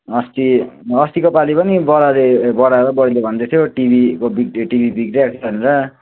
अस्ति अस्तिको पालि पनि बडाले बडा र बडीले भन्दैथ्यो टिभीको टिभी बिग्रियो भनेर